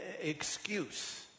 excuse